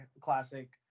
classic